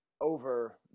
over